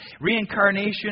reincarnation